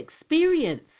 experience